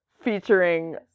featuring